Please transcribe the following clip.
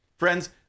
Friends